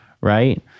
right